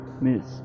Miss